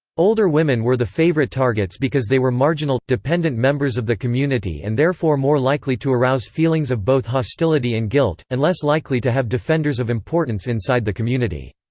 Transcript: older women were the favorite targets because they were marginal, dependent members of the community and therefore more likely to arouse feelings of both hostility and guilt, and less likely to have defenders of importance inside the community.